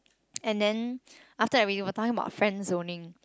and then after everything we'll tell him about friendzoning